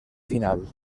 final